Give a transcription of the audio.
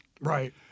Right